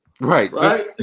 Right